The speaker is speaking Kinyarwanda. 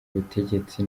butegetsi